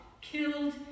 killed